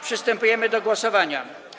Przystępujemy do głosowania.